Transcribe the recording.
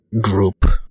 group